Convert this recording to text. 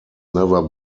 never